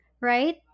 right